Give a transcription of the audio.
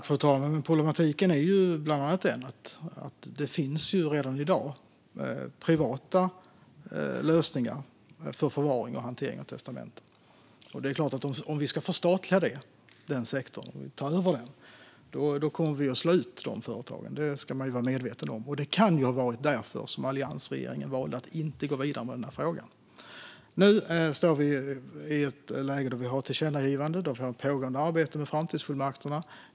Fru talman! Problematiken är bland annat den att det redan i dag finns privata lösningar för förvaring och hantering av testamenten. Om vi ska förstatliga den sektorn och ta över den kommer vi att slå ut de företagen. Det ska man vara medveten om. Det kan ha varit därför alliansregeringen valde att inte gå vidare med frågan. Nu står vi i ett läge där vi har ett tillkännagivande och ett pågående arbete med framtidsfullmakterna.